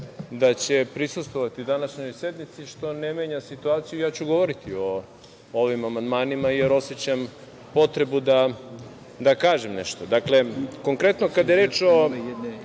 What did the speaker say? da će prisustvovati današnjoj sednici što ne menja situaciju. Ja ću govoriti o ovim amandmanima, jer osećam potrebu da kažem nešto. Dakle, konkretno kada je reč o